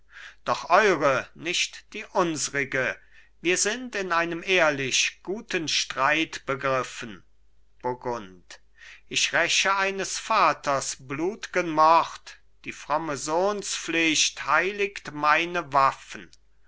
doch eure nicht die unsrige wir sind in einem ehrlich guten streit begriffen burgund ich räche eines vaters blutgen mord die fromme sohnspflicht heiligt meine waffen